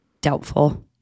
doubtful